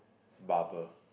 barber